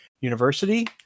university